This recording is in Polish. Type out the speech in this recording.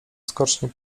skocznie